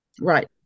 Right